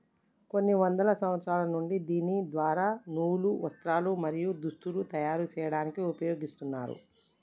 కొన్ని వందల సంవత్సరాల నుండి దీని ద్వార నూలు, వస్త్రాలు, మరియు దుస్తులను తయరు చేయాడానికి ఉపయోగిస్తున్నారు